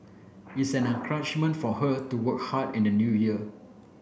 it's an encouragement for her to work hard in the new year